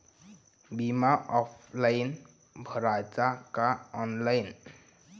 बिमा ऑफलाईन भराचा का ऑनलाईन?